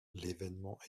l’événement